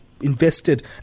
invested